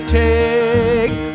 take